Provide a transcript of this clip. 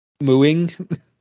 mooing